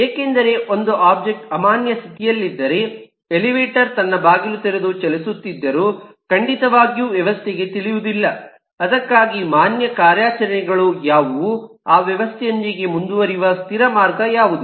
ಏಕೆಂದರೆ ಒಂದು ಒಬ್ಜೆಕ್ಟ್ ಅಮಾನ್ಯ ಸ್ಥಿತಿಯಲ್ಲಿದ್ದರೆ ಎಲಿವೇಟರ್ ತನ್ನ ಬಾಗಿಲು ತೆರೆದು ಚಲಿಸುತ್ತಿದ್ದರೂ ಖಂಡಿತವಾಗಿಯೂ ವ್ಯವಸ್ಥೆಗೆ ತಿಳಿದಯುವುದಿಲ್ಲ ಅದಕ್ಕಾಗಿ ಮಾನ್ಯ ಕಾರ್ಯಾಚರಣೆಗಳು ಯಾವುವು ಆ ವ್ಯವಸ್ಥೆಯೊಂದಿಗೆ ಮುಂದುವರಿಯುವ ಸ್ಥಿರ ಮಾರ್ಗ ಯಾವುದು